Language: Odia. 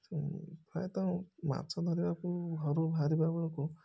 ସେ ପ୍ରାୟତଃ ମାଛ ଧରିବାକୁ ଘରୁ ବାହାରିଲା ବେଳକୁ